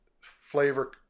flavor